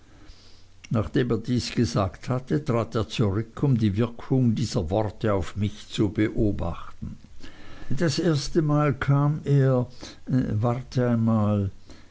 nachdem er dies gesagt hatte trat er zurück um die wirkung dieser worte auf mich zu beobachten das erstemal kam er warte einmal